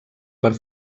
per